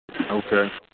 Okay